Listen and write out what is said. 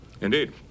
Indeed